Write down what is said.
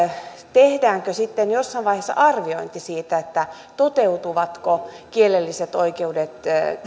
tehdäänkö sitten jossain vaiheessa arviointi siitä toteutuvatko kielelliset oikeudet